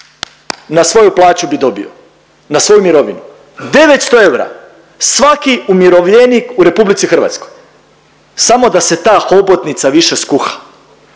na svoju plaću bi dobio, na svoju mirovinu 900 eura svaki umirovljenik u RH, samo da se ta hobotnica više skuha.